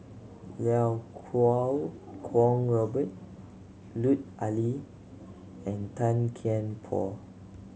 Iau Kuo Kwong Robert Lut Ali and Tan Kian Por